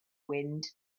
wind